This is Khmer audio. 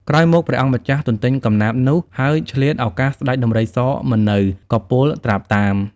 ក្រោយមក ព្រះអង្គម្ចាស់ទន្ទេញកំណាព្យនោះ ហើយឆ្លៀតឱកាសស្តេចដំរីសមិននៅក៏ពោលត្រាប់តាម ។